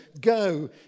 go